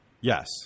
Yes